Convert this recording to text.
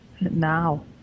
now